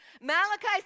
Malachi